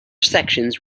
sections